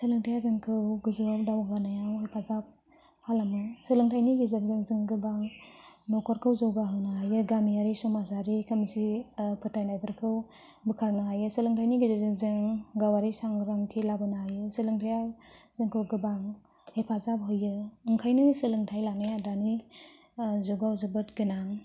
सोलोंथाया जोंखौ गोजौआव दावखोनायाव हेफाजाब खालामो सोलोंथाइनि गेजेरजों जों गोबां न'खरखौ जौगाहोनो हायो गामियारि समाजारि खोमसि फोथायनायफोरखौ बोखारनो हायो सोलोंथाइनि गेजेरजों जों गावारि सांग्राथि लाबोनो हायो सोलोंथाया जोंखौ गोबां हेफाजाब होयो ओंखायनो सोलोंथाइ लानाया दानि जुगाव जोबोद गोनां